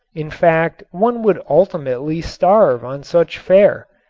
in fact one would ultimately starve on such fare.